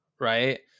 right